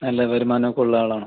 നല്ല വരുമാനമൊക്കെയുള്ള ആളാണോ